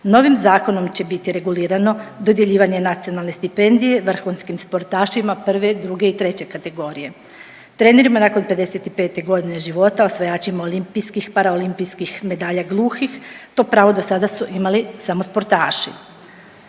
Novim zakonom će biti regulirano dodjeljivanje nacionalne stipendije vrhunskim sportašima prve, druge i treće kategorije. Trenerima nakon 55 godine života osvajačima olimpijskih, paraolimpijskih medalja gluhih to pravo dosada do imali samo sportaši.